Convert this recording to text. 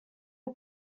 are